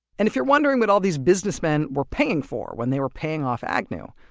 and if you're wondering what all these businessmen were paying for when they were paying off agnew,